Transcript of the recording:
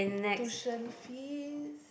tuition fee